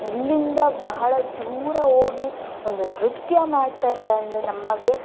ಇಲ್ಲಿಂದ ಬಹಳ ದೂರ ಹೋಗಿ ಒಂದು ನೃತ್ಯ ಮಾಡ್ತಾರೆ ಅಂದರೆ ನಮಗೆ